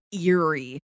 eerie